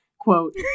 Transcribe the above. quote